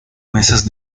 meses